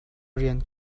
rian